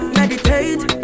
meditate